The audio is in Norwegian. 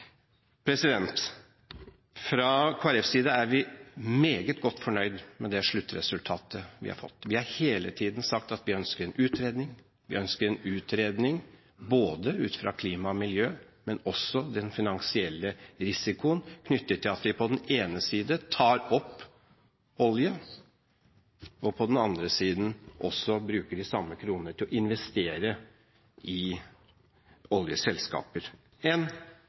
Fra Kristelig Folkepartis side er vi meget godt fornøyd med det sluttresultatet vi har fått. Vi har hele tiden sagt at vi ønsker en utredning, både av klima- og miljøperspektivet og den finansielle risikoen knyttet til at vi på den ene siden tar opp olje og på den andre siden bruker de samme kronene til å investere i oljeselskaper – en